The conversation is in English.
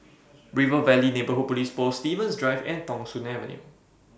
River Valley Neighbourhood Police Post Stevens Drive and Thong Soon Avenue